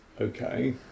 Okay